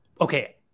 okay